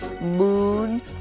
Moon